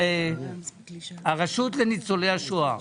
הרשות לניצולי השואה,